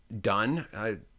done